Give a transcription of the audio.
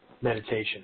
meditation